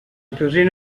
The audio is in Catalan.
present